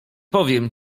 powiem